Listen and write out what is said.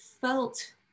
felt